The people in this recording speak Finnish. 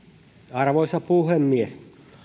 arvoisa puhemies